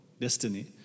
destiny